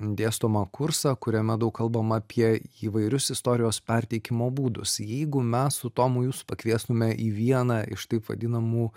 dėstomą kursą kuriame daug kalbama apie įvairius istorijos perteikimo būdus jeigu mes su tomu jūs pakviestume į vieną iš taip vadinamų